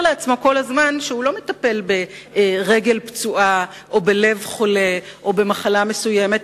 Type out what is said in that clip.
לעצמו כל הזמן שהוא לא מטפל ברגל פצועה או בלב חולה או במחלה מסוימת,